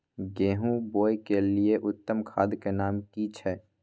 गेहूं बोअ के लिये उत्तम खाद के नाम की छै?